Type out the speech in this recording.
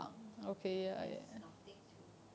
there's nothing to